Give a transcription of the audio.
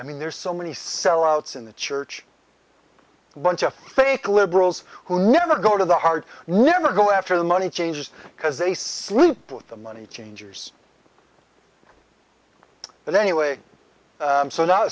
i mean there's so many sellouts in the church bunch of fake liberals who never go to the heart never go after the money changed because they sleep with the money changers and anyway so now